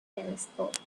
telescope